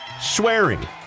Swearing